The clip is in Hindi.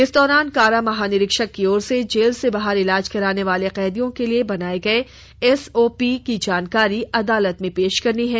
इस दौरान कारा महानिरीक्षक की ओर से जेल से बाहर इलाज कराने वाले कैदियों के लिए बनाए गए एसओपी नियम प्रावधान की जानकारी अदालत में पेश करनी है